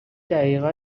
دقیقا